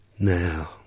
Now